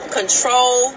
control